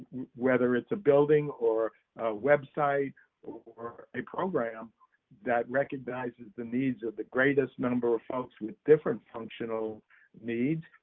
whether it's a building, or a website or a program that recognizes the needs of the greatest number of folks with different functional needs,